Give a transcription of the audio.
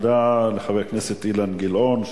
תודה לחבר הכנסת אילן גילאון,